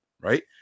right